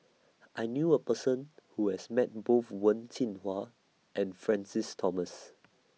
I knew A Person Who has Met Both Wen Jinhua and Francis Thomas